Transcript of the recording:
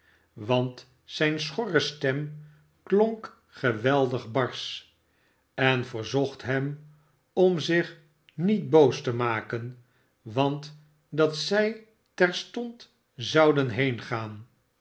want zijne schorre stem klonk geweldig v barsch en verzocht hem om zich niet boos te maken want dat zij terstond zouden heengaan